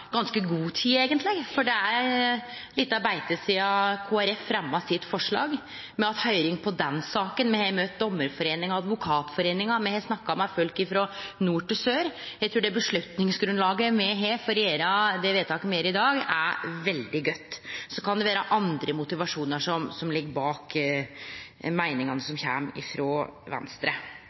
ganske god tid, for det er bytt beite sidan Kristeleg Folkeparti fremja sitt forslag. Me har hatt høyring om den saka, me har møtt Dommerforeningen og Advokatforeningen. Me har snakka med folk frå nord til sør. Eg trur avgjerdsgrunnlaget me har for å gjere det vedtaket me gjer i dag, er veldig godt. Det kan vere andre motivasjonar som ligg bak meiningane som kjem frå Venstre.